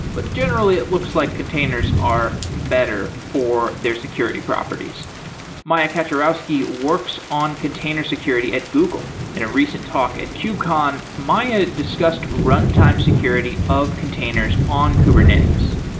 but generally it looks like containers are better for their security properties maya kaczorowski works on container security at google. in a recent talk at kubecon, maya discussed runtime security of containers on kubernetes.